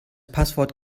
passwort